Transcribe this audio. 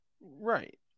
Right